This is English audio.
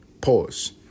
Pause